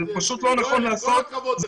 זה פשוט לא נכון לעשות את זה.